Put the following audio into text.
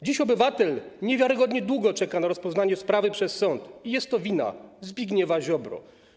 Dziś obywatel niewiarygodnie długo czeka na rozpoznanie sprawy przez sąd i jest to wina Zbigniewa Ziobry.